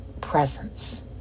presence